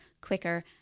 quicker